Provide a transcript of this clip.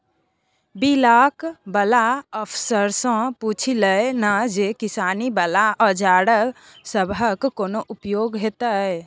Block बला अफसरसँ पुछि लए ना जे किसानी बला औजार सबहक कोना उपयोग हेतै?